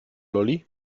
lolli